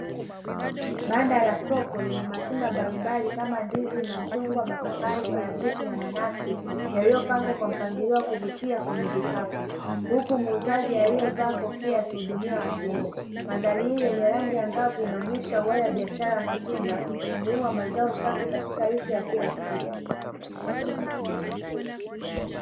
Banda la soko lenye matunda mbalimbali kama ndizi, machungwa, mapapai, parachichi na nanasi yaliyopangwa kwa mpangilio wa kuvutia kwenye vikapu. Huku muuzaji aliyevaa kofia ya ''tuhudumie wateja'' mandhari hii angavu inaonyesha biashara ya matunda umuhimu wa mazao safi katika maisha ya kila siku.